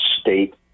state